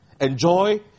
enjoy